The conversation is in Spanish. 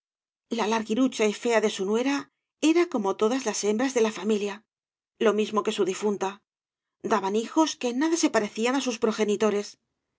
y fea de su nuera era como todas las hembras de la familia lo mismo que su difunta daban hijos que en nada se parecían á sus progenitores